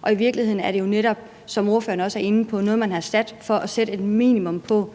Og i virkeligheden er det jo netop, som ordføreren også er inde på, noget, man har fastsat for at sætte et minimum på,